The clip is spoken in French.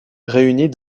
réunies